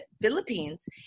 Philippines